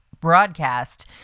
broadcast